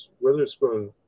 Witherspoon